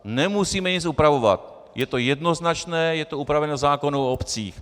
Nemusíme nic upravovat, je to jednoznačné, je to upraveno v zákoně o obcích.